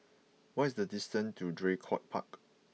what is the distance to Draycott Park